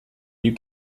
you